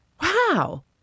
Wow